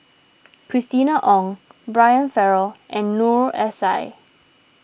Christina Ong Brian Farrell and Noor S I